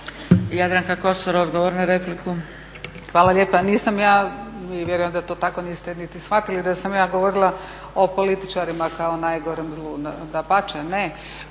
Jadranka (Nezavisni)** Hvala lijepa. Nisam ja, i vjerujem da to tako niste niti shvatili, da sam ja govorila o političarima kao najgorem zlu. Dapače, ne,